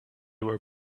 were